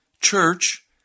church